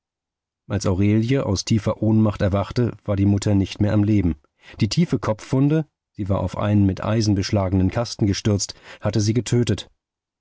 als aurelie aus tiefer ohnmacht erwachte war die mutter nicht mehr am leben die tiefe kopfwunde sie war auf einen mit eisen beschlagenen kasten gestürzt hatte sie getötet